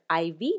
IV